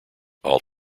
all